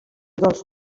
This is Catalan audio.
dels